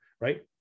right